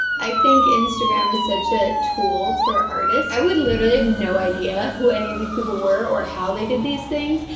i think instagram is such a tool for artists. i would literally have no idea who any of these people were or how they did these things,